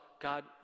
God